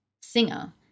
singer